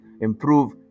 improve